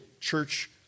church